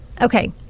okay